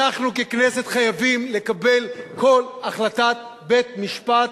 אנחנו ככנסת חייבים לקבל כל החלטת בית-משפט,